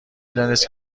دانست